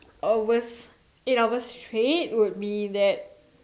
hours eight hours straight would be that